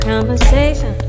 Conversation